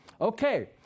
Okay